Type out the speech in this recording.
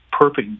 perfect